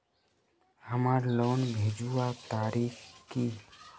हमार लोन भेजुआ तारीख की?